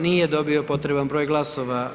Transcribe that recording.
Nije dobio potreban broj glasova.